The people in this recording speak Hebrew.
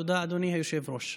תודה, אדוני היושב-ראש.